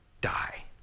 die